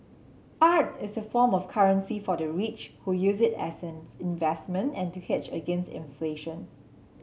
art is a form of currency for the rich who use it as an investment and to hedge against inflation